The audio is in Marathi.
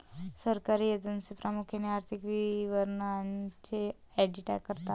सरकारी एजन्सी प्रामुख्याने आर्थिक विवरणांचे ऑडिट करतात